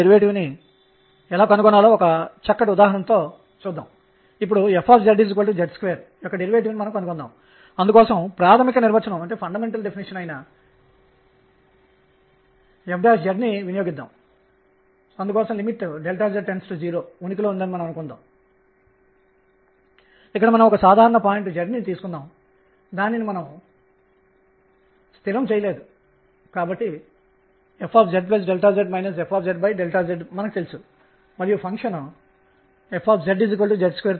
నేను కలిగివున్న pr అనేది mr ̇ మరియు p అనేది mr2ϕ ̇మరియు సంబంధిత క్వాంటం నిబంధనలు prdr nr h కు సమానం మరియు pdϕ nh మరియు ఈ వ్యవధికి వ్యతిరేకంగా ఇన్పుట్ a కు సమానం కావచ్చు